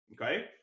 okay